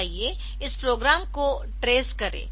तो आइए इस प्रोग्राम को ट्रेस करें